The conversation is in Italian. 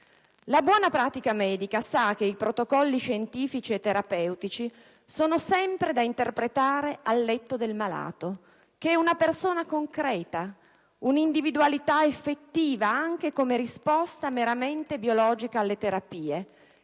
La buona pratica medica sa che i protocolli scientifici e terapeutici sono sempre da interpretare al letto del malato, che è una persona concreta, un'individualità effettiva anche come risposta meramente biologica alle terapie